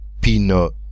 Pinot